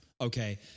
Okay